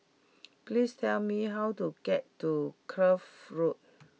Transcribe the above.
please tell me how to get to Kloof Road